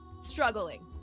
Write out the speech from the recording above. struggling